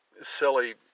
silly